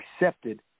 accepted